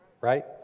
right